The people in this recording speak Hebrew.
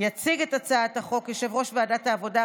יציג את הצעת החוק יושב-ראש ועדת העבודה,